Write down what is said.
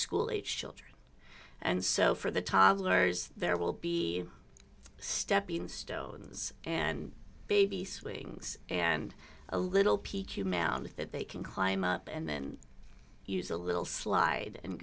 school age children and so for the toddlers there will be stepping stones and baby swings and a little p q mound that they can climb up and then use a little slide and